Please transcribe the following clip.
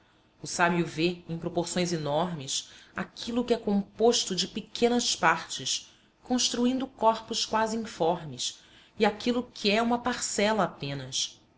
o sábio vê em proporções enormes aquilo que é composto de pequenas partes construindo corpos quase informes e aquilo que é uma parcela apenas